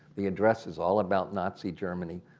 the address is all about nazi germany,